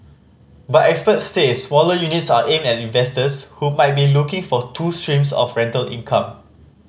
but experts say smaller units are aimed at investors who might be looking for two streams of rental income